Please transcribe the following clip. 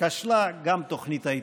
כשלה גם תוכנית ההתנתקות.